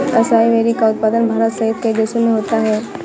acai berry का उत्पादन भारत सहित कई देशों में होता है